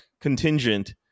contingent